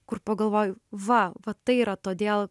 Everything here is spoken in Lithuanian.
kur pagalvoju va va tai yra todėl